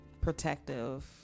protective